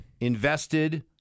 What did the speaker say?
invested